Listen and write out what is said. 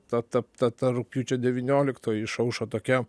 ta ta ta ta rugpjūčio devynioliktoji išaušo tokia